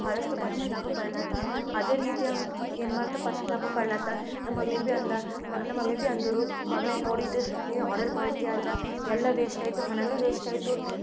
ಬಹಳಷ್ಟು ಪಶ್ಚಾತ್ತಾಪ ಪಡ್ಲತ್ತೆ ಅದೇ ರೀತಿ ಏನು ಮಾಡ್ತು ಪಶ್ಚಾತ್ತಾಪ ಪಡ್ಲತ್ತಿ ನಮ್ಮ ಮಮ್ಮಿಗೆ ಬಿ ಅಂದೆ ನಮ್ಮ ಮಮ್ಮಿ ಬಿ ಅಂದರು ಮಗಳೆ ನೋಡು ಇದು ನೀ ಆರ್ಡರ್ ಮಾಡ್ಸಿದ್ಯ ಆದ್ರೆ ಎಲ್ಲ ವೇಸ್ಟಾಯಿತು ಹಣವೂ ವೇಸ್ಟಾಯಿತು